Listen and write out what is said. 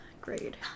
grade